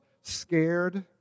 scared